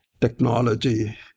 technology